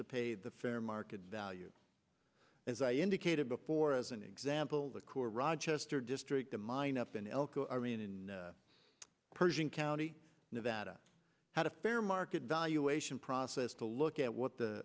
to pay the fair market value as i indicated before as an example the core rochester district a mine up in elko i mean in persian county nevada had a fair market valuation process to look at what the